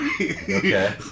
Okay